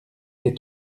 les